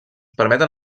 permeten